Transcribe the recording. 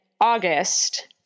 August